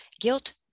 guilt